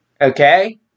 Okay